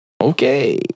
Okay